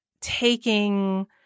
taking